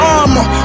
armor